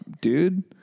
dude